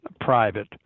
private